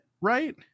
right